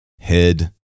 head